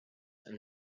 and